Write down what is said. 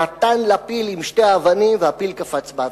נתן לפיל עם שתי האבנים, והפיל קפץ באוויר.